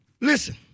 Listen